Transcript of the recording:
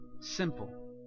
simple